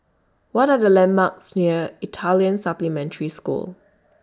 What Are The landmarks near Italian Supplementary School